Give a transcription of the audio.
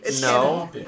No